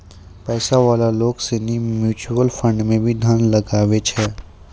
पैसा वाला लोग सनी म्यूचुअल फंड मे भी धन लगवै छै